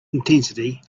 intensity